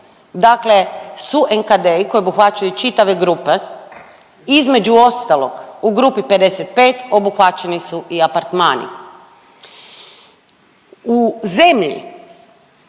dakle su NKD-i koji obuhvaćaju čitave grupe. Između ostalog u grupi 55 obuhvaćeni su i apartmani. U zemlji